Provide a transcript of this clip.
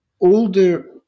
Older